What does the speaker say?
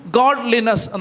godliness